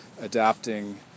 adapting